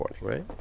right